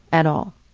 at all.